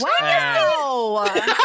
Wow